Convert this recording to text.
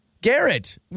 Garrett